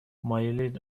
مایلید